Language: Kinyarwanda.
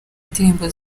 indirimbo